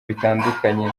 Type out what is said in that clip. bitandukanye